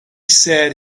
said